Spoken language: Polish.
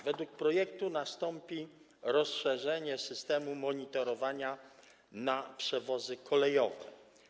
Według projektu nastąpi rozszerzenie systemu monitorowania na przewozy kolejowe.